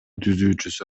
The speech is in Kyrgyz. түзүүчүсү